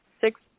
six